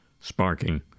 sparking